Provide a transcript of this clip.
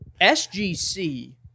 SGC